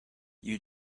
you